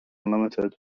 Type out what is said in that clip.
unlimited